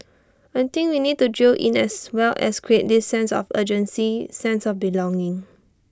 I think we need to drill in as well as create this sense of urgency sense of belonging